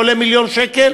שעולה מיליון שקל,